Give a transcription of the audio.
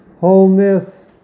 wholeness